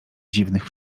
dziwnych